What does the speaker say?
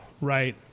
right